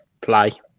play